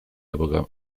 epoca